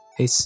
Hey